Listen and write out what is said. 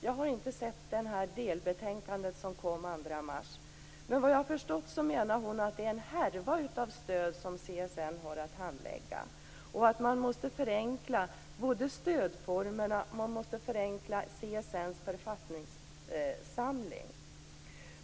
Jag har inte sett det delbetänkande som kom den 2 mars, men såvitt jag har förstått menar hon att CSN har att handlägga en härva av stöd och att man måste förenkla både stödformerna och CSN:s författningssamling.